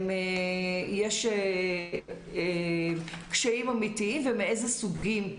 יש קשיים אמיתיים ומאיזה סוגים.